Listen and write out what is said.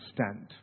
stand